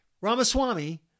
Ramaswamy